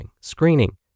screening